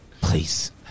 Please